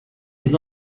les